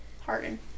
Harden